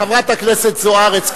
חברת הכנסת זוארץ,